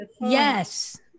yes